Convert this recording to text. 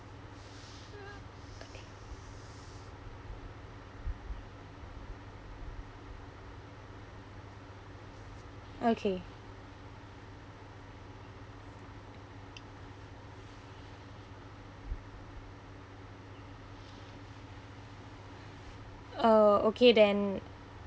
okay uh okay then